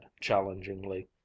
challengingly